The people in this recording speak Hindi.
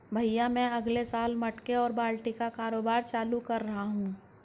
भैया मैं अगले साल मटके और बाल्टी का कारोबार चालू कर रहा हूं